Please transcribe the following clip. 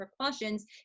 precautions